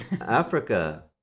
Africa